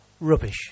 Rubbish